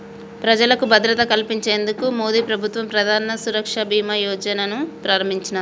ప్రజలకు భద్రత కల్పించేందుకు మోదీప్రభుత్వం ప్రధానమంత్రి సురక్ష బీమా యోజనను ప్రారంభించినాది